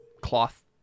cloth